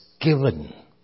given